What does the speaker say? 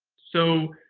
so,